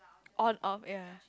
on off ya